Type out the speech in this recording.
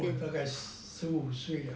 我大概十五岁